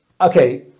okay